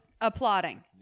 applauding